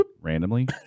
randomly